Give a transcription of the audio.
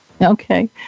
okay